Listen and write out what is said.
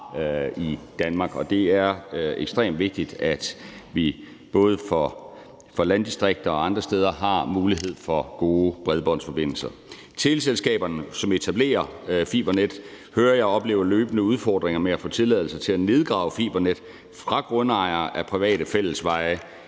i Danmark, og det er ekstremt vigtigt, at vi både for landdistrikter og for andre steder har mulighed for gode bredbåndsforbindelser. Teleselskaberne, som etablerer fibernet, hører jeg oplever løbende udfordringer med at få tilladelse til at nedgrave fibernet fra grundejere af private fællesveje